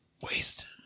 Waste